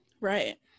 right